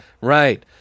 Right